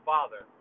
Father